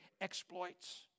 exploits